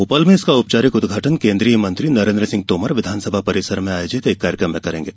भोपाल में इसका औपचारिक उद्घाटन केंद्रीय मंत्री नरेंद्र सिंह तोमर विधानसभा परिसर में आयोजित एक कार्यक्रम में करेंगे